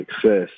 success